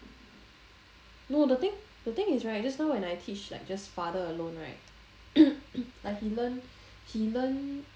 no the thing the thing is right just now when I teach just father alone right like he learn he learn